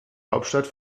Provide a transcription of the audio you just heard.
hauptstadt